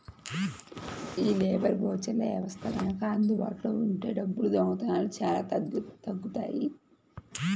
యీ లేబర్ ఓచర్ల వ్యవస్థ గనక అందుబాటులో ఉంటే డబ్బుల దొంగతనాలు చానా తగ్గుతియ్యి